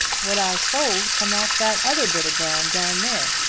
what i sold come off that other bit of ground down there.